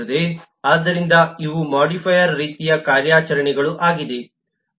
ಆದ್ದರಿಂದ ಇವು ಮೊಡಿಫೈಯರ್ ರೀತಿಯ ಕಾರ್ಯಾಚರಣೆಗಳು ಆಗಿದೆ